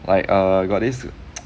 like err got this